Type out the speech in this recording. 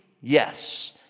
Yes